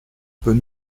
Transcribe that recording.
peut